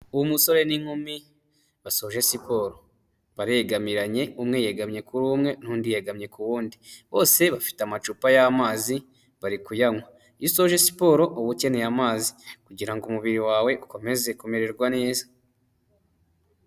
Umusore n'inkumi basoje siporo baregamiranye umwe yegamye kuri umwe n'undi yegamye ku wundi, bose bafite amacupa y'amazi bari kuyanywa, iyo isoje siporo uba ukeneye amazi kugira ngo umubiri wawe ukomeze kumererwa neza.